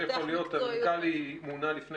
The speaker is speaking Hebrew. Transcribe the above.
המנכ"ל מונה לפני